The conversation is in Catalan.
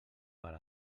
per